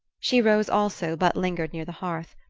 she rose also, but lingered near the hearth.